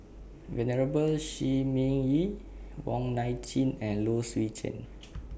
Venerable Shi Ming Yi Wong Nai Chin and Low Swee Chen